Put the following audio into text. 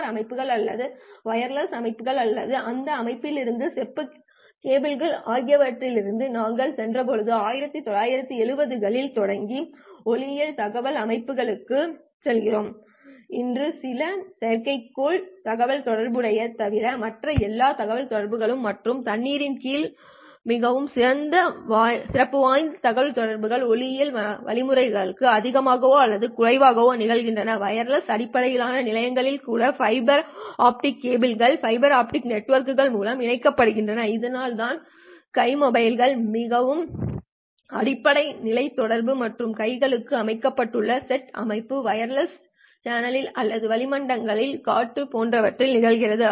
RF அமைப்புகள் அல்லது wireless அமைப்புகள் அல்லது அந்த அமைப்புகளிலிருந்து செப்பு கேபிள்கள் ஆகியவற்றிலிருந்து நாங்கள் சென்றபோது 1970 களில் தொடங்கி ஒளியியல் தகவல் அமைப்புகளுக்குச் சென்றோம் இன்று சில செயற்கைக்கோள் தகவல்தொடர்புகளைத் தவிர மற்ற எல்லா தகவல்தொடர்புகளும் மற்றும் தண்ணீரின் கீழ் மிகவும் சிறப்பு வாய்ந்த தகவல்தொடர்புகள் ஒளியியல் வழிமுறைகளால் அதிகமாகவோ அல்லது குறைவாகவோ நிகழ்கின்றன வயர்லெஸ் அடிப்படையிலான நிலையங்கள் கூட ஃபைபர் ஆப்டிக் கேபிள்கள் ஃபைபர் ஆப்டிக் நெட்வொர்க்குகள் மூலம் இணைக்கப்படுகின்றன இதனால் உங்கள் கை மொபைல் பகுதி மட்டுமே அடிப்படை நிலைய தொடர்பு மற்றும் கைக்கு அமைக்கப்பட்டுள்ளது செட் தொடர்பு வயர்லெஸ் சேனலில் அல்லது வளிமண்டலம் அல்லது காற்று போன்றவற்றில் நிகழ்கிறது